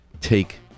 take